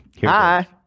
Hi